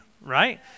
right